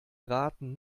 braten